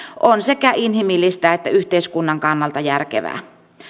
on sekä inhimillistä että yhteiskunnan kannalta järkevää